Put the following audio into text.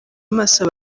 amaso